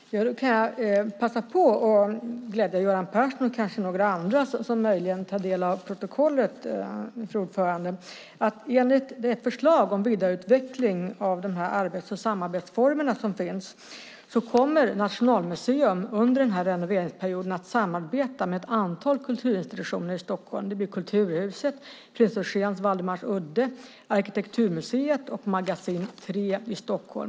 Fru talman! Då kan jag passa på att glädja Göran Persson och kanske några andra som möjligen tar del av protokollet. Enligt det förslag om vidareutveckling av de arbets och samarbetsformer som finns kommer Nationalmuseum under den här renoveringsperioden att samarbeta med ett antal kulturinstitutioner i Stockholm. Det blir Kulturhuset, Prins Eugens Waldemarsudde, Arkitekturmuseet och Magasin 3 i Stockholm.